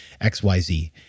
XYZ